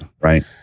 Right